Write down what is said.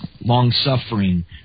long-suffering